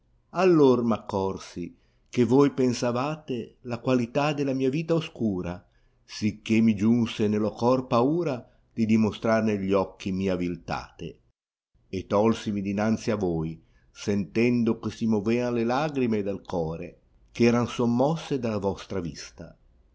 allor m accorsi che toì pensavate la qualità della mia vita oscura sicché mi giunse nello cor paura di dimostrar negli occhi mia viltate e tolsimi dinanzi a voi sentendo che si movean le lagrime dal core ch'eran sommosse dalla vostra vista